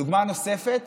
דוגמה נוספת